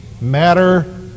matter